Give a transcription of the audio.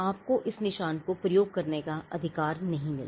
आपको इस निशान को प्रयोग करने का अधिकार नहीं मिलता